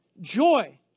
Joy